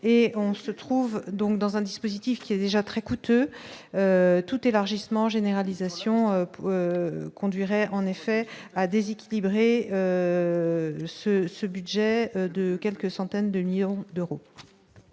et on se trouve donc dans un dispositif qui est déjà très coûteuse tout élargissement généralisation. Oui conduirait en effet à déséquilibrer ce ce budget de quelques centaines de millions. D'euros